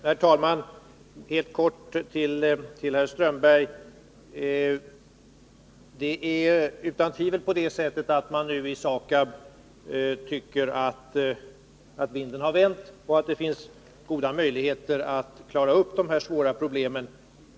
Herr talman! Jag vill helt kort vända mig till herr Strömberg. Det är utan tvivel på det sättet att man nu i SAKAB tycker att vinden har vänt, och att det finns goda möjligheter att klara de här svåra problemen.